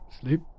Sleep